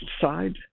side